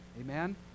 Amen